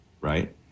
right